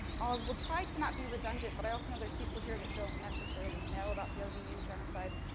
ah i will try to not be redundant. but, i also know there's people here that don't necessarily know about the armenian genocide.